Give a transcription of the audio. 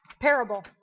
parable